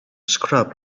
scrub